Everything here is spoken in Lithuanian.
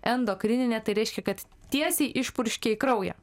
endokrininė tai reiškia kad tiesiai išpurškia į kraują